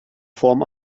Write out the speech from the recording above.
form